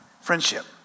Friendship